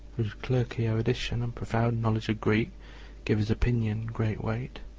whose clerky erudition and profound knowledge of greek give his opinion great weight,